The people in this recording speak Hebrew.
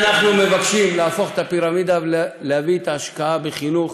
אנחנו מבקשים להפוך את הפירמידה ולהביא את ההשקעה בחינוך